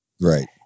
Right